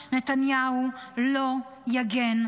שמורות טבע ואתרים ארכיאולוגיים,